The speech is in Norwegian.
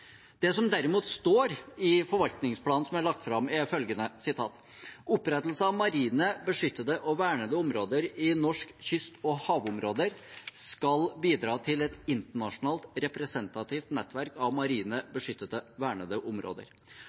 Det som derimot står i forvaltningsplanen som er lagt fram, er følgende: «Opprettelse av marine beskyttede og vernede områder i norske kyst- og havområder skal bidra til et internasjonalt representativt nettverk av marine beskyttede og vernede områder.